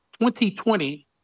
2020